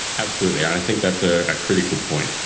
absolutely, and i think that's a critical point.